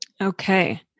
Okay